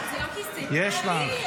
יש לך,